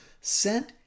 sent